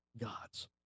gods